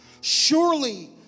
Surely